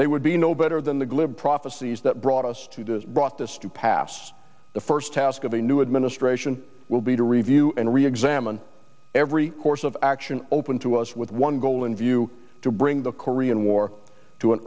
they would be no better than the glib prophecies that brought us to this brought this to pass the first task of a new administration will be to review and reexamine every course of action open to us with one goal in view to bring the korean war to